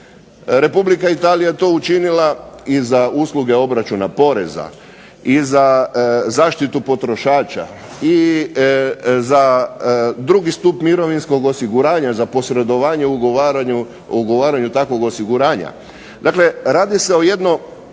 Republika Italija je to učinila i za usluge obračuna poreza i za zaštitu potrošača i za drugi stup mirovinskog osiguranja za posredovanje u ugovaranju takvog osiguranja. Dakle, radi se o jednom